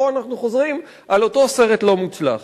פה אנחנו חוזרים על אותו סרט לא מוצלח.